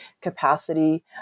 capacity